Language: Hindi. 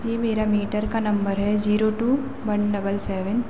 जी मेरा मीटर का नंबर है zero two one double seven